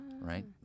right